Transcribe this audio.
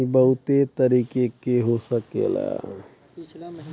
इ बहुते तरीके क हो सकला